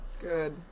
Good